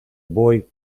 boy